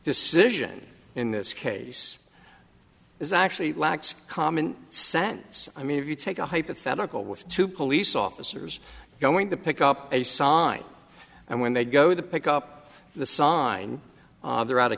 decision in this case it's actually lacks common sense i mean if you take a hypothetical with two police officers going to pick up a sign and when they go to pick up the sign they're out